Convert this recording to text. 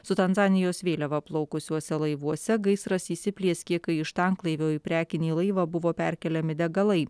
su tanzanijos vėliava plaukusiuose laivuose gaisras įsiplieskė kai iš tanklaivio į prekinį laivą buvo perkeliami degalai